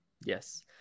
Yes